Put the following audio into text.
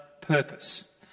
purpose